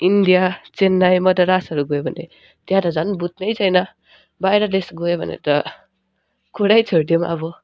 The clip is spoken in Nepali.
इन्डिया चेन्नाई मद्रासहरू गयो भने त्यहाँ त झन् बुझ्ने छैन बाहिर देश गयो भने त कुरै छोडिदियौँ अब